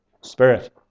Spirit